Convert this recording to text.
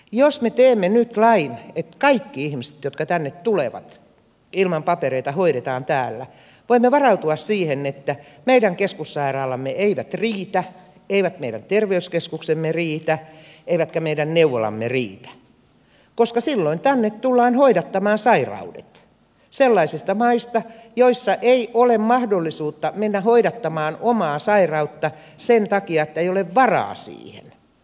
jos me teemme nyt lain jonka mukaan kaikki ihmiset jotka tänne tulevat ilman papereita hoidetaan täällä voimme varautua siihen että meidän keskussairaalamme eivät riitä meidän terveyskeskuksemme eivät riitä eivätkä meidän neuvolamme riitä koska silloin tänne tullaan hoidattamaan sairaudet sellaisista maista joissa ei ole mahdollisuutta mennä hoidattamaan omaa sairauttaan sen takia että ei ole varaa siihen